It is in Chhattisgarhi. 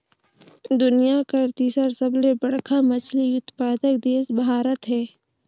दुनिया कर तीसर सबले बड़खा मछली उत्पादक देश भारत हे